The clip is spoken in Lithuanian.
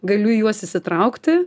galiu į juos įsitraukti